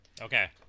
Okay